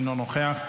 אינו נוכח,